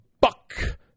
Buck